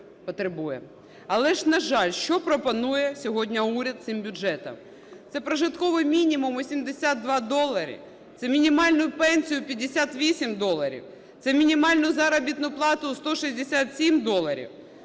Але ж, на жаль, що пропонує сьогодні уряд цим бюджетом? Це прожитковий мінімум у 72 долари, це мінімальну пенсію – 58 доларів, це мінімальну заробітну плату – 167 доларів,